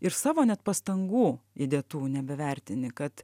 ir savo net pastangų įdėtų nebevertini kad